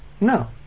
No